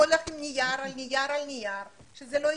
הולך עם נייר על נייר על נייר וזה לא יתכן.